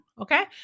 Okay